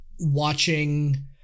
watching